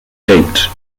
date